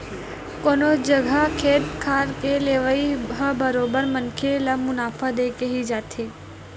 कोनो जघा खेत खार के लेवई ह बरोबर मनखे ल मुनाफा देके ही जाथे